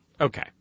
Okay